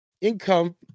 Income